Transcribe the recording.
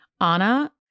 Anna